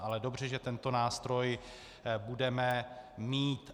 Ale dobře, že tento nástroj budeme mít.